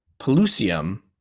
Pelusium